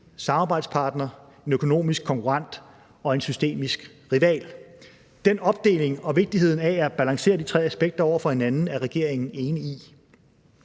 samarbejdspartner, en økonomisk konkurrent og en systemisk rival. Den opdeling og vigtigheden af at balancere de tre aspekter over for hinanden er regeringen enig i.